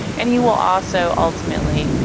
and you will also ultimately,